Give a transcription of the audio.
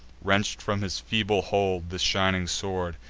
wrench'd from his feeble hold the shining sword,